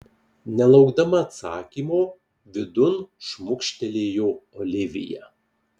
nelaukdama atsakymo vidun šmukštelėjo olivija